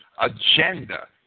agenda